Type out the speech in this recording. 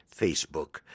Facebook